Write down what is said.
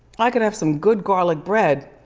i could have some good garlic bread.